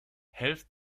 helft